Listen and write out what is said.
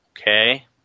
Okay